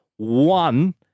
one